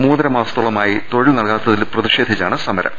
മൂന്നര മാസ ത്തോളമായി തൊഴിൽ നൽകാത്തതൽ പ്രതിഷേധിച്ചാണ് സമരം